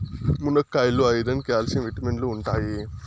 మునక్కాయాల్లో iron, calcium విటమిన్లు ఉంటాయి